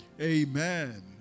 amen